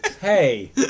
Hey